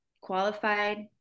qualified